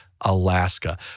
Alaska